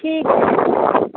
ठीक छै